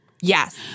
Yes